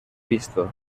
visto